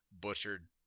butchered